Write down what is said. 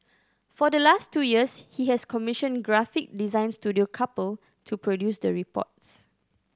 for the last two years he has commissioned graphic design studio Couple to produce the reports